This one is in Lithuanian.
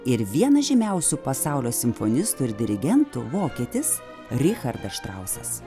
ir vienas žymiausių pasaulio simfonistų ir dirigentų vokietis richardas štrausas